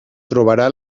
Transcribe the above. trobarà